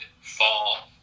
fall